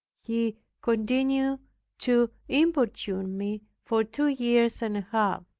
he continued to importune me for two years and a half.